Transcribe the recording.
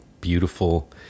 beautiful